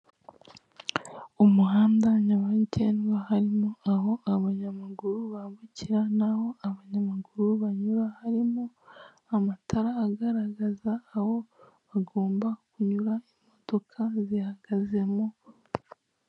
Umuhanda nyabagendwa harimo aho abanyamaguru bambukira naho abanyamaguru banyura, harimo amatara agaragaza aho bagomba kunyura imodoka zihagaze mo.